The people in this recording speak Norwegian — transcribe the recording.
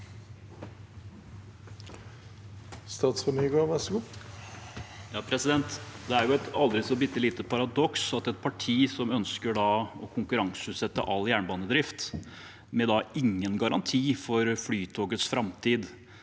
Det er et aldri så bitte lite paradoks at et parti som ønsker å konkurranseutsette all jernbanedrift – med ingen garanti for Flytogets framtid